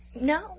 No